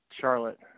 Charlotte